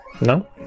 No